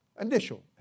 Initial